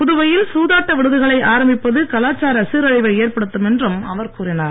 புதுவையில் சூதாட்ட விடுதிகளை ஆரம்பிப்பது கலாச்சார சீரழிவை ஏற்படுத்தும் என்றும் அவர் கூறினார்